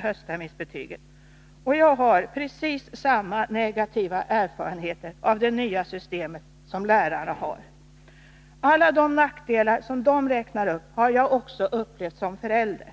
höstterminsbetyget, och jag har precis samma negativa erfarenheter av det nya systemet som lärarna har. Alla de nackdelar som de räknar upp har jag också upplevt som förälder.